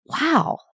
Wow